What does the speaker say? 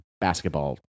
basketball